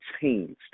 changed